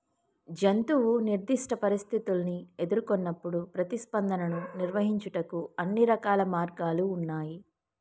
జంతువు నిర్దిష్ట పరిస్థితుల్ని ఎదురుకొన్నప్పుడు ప్రతిస్పందనను నిర్వహించుటకు అన్ని రకాల మార్గాలు ఉన్నాయి